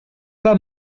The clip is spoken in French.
pas